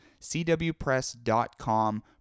CWPress.com